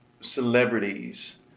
celebrities